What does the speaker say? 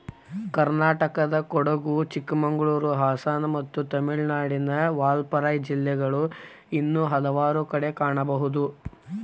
ಕರ್ನಾಟಕದಕೊಡಗು, ಚಿಕ್ಕಮಗಳೂರು, ಹಾಸನ ಮತ್ತು ತಮಿಳುನಾಡಿನ ವಾಲ್ಪಾರೈ ಜಿಲ್ಲೆಗಳು ಇನ್ನೂ ಹಲವಾರು ಕಡೆ ಕಾಣಬಹುದು